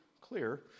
clear